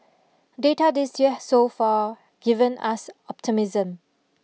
data this year has so far given us optimism